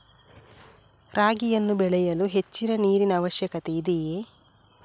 ರಾಗಿಯನ್ನು ಬೆಳೆಯಲು ಹೆಚ್ಚಿನ ನೀರಿನ ಅವಶ್ಯಕತೆ ಇದೆಯೇ?